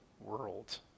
world